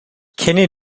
kenne